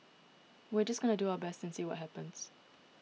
we are just going to do our best and see what happens